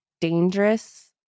dangerous